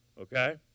okay